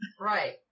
Right